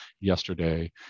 yesterday